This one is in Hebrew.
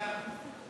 נתקבלו.